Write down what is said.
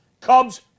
Cubs